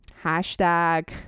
Hashtag